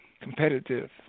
competitive